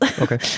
okay